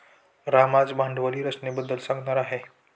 राम आज भांडवली रचनेबद्दल सांगणार आहे